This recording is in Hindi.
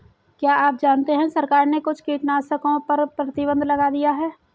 क्या आप जानते है सरकार ने कुछ कीटनाशकों पर प्रतिबंध लगा दिया है?